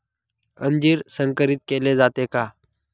अंजीर संकरित केले जाते का?